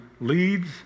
leads